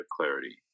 clarity